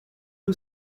you